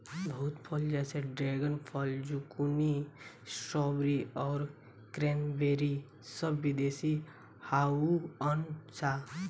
बहुत फल जैसे ड्रेगन फल, ज़ुकूनी, स्ट्रॉबेरी आउर क्रेन्बेरी सब विदेशी हाउअन सा